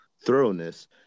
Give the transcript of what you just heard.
thoroughness